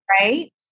right